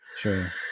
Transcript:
sure